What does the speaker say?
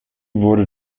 wurde